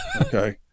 okay